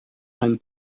ein